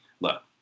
look